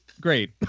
great